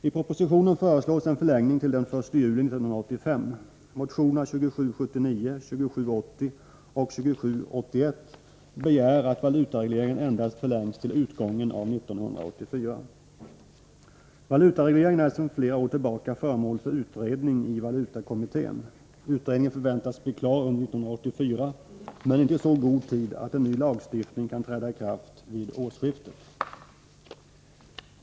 I propositionen föreslås en förlängning till den 1 juli 1985. Motionerna 2779, 2780 och 2781 begär att valutaregleringen endast förlängs till utgången av 1984. Valutaregleringen är sedan flera år tillbaka föremål för utredning i valutakommittén. Utredningen förväntas bli klar under 1984, men inte i så god tid att en ny lagstiftnng kan träda i kraft vid årsskiftet.